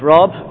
Rob